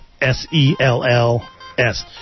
s-e-l-l-s